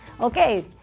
Okay